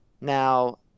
Now